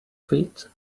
feet